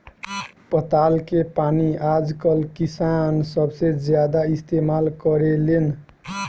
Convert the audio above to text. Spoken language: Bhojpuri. पताल के पानी आजकल किसान सबसे ज्यादा इस्तेमाल करेलेन